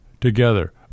together